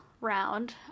round